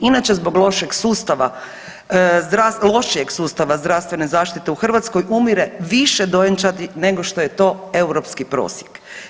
Inače zbog lošeg sustava, lošijeg sustava zdravstvene zaštite u Hrvatskoj umire više dojenčadi nego što je to europski prosjek.